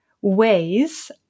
ways